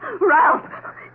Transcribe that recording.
Ralph